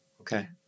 Okay